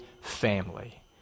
family